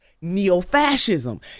neo-fascism